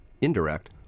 indirect